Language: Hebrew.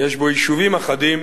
יש בו יישובים אחדים